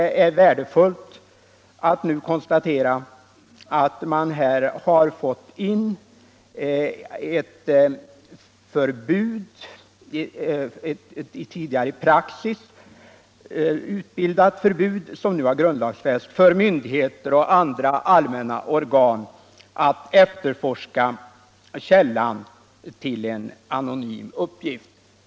Det är värdefullt att kunna konstatera att man här fått in i tidigare praxis utbildat förbud, som nu har grundlagsfästs, mot att myndigheter och andra organ efterforskar källan till en anonym uppgift.